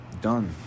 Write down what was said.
done